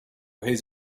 his